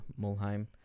Mulheim